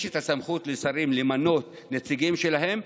יש סמכות לשרים למנות נציגים שלהם,